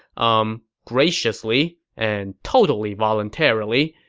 umm, graciously, and totally voluntarily,